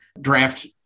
draft